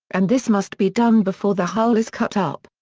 and this must be done before the hull is cut up.